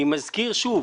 אני מזכיר שוב,